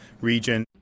region